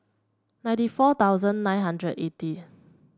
ninety four thousand nine hundred eighty